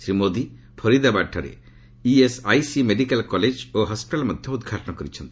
ଶ୍ରୀ ମୋଦି ଫରିଦାବାଦ୍ଠାରେ ESIC medical college ଓ hospital ମଧ୍ୟ ଉଦ୍ଘାଟନ କରିଛନ୍ତି